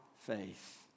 faith